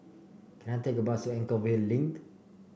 can I take a bus to Anchorvale Link